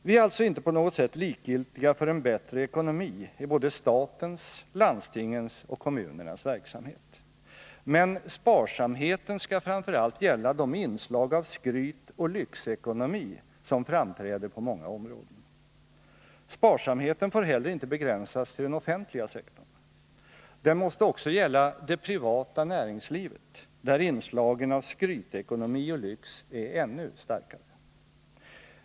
Vi är alltså inte på något sätt likgiltiga för behovet av en bättre ekonomi i både statens, landstingens och kommunernas verksamhet. Men sparsamheten skall framför allt gälla de inslag av skrytoch lyxekonomi som framträder på många områden. Sparsamheten får heller inte begränsas till den offentliga sektorn. Den måste också gälla det privata näringslivet, där inslagen av skrytekonomi och lyx är ännu starkare.